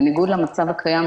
בניגוד למצב הקיים,